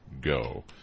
Go